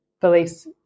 beliefs